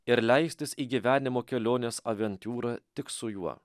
ir leistis į gyvenimo kelionės aventiūrą tik su juo